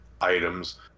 items